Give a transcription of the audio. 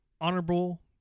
honorable